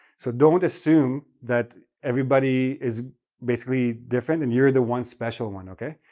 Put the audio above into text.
so, don't assume that everybody is basically different and you're the one special one, okay?